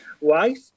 wife